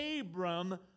Abram